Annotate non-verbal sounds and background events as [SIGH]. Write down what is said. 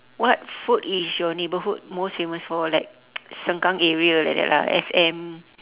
what food is your neighborhood most famous for like [NOISE] sengkang area like that lah S_M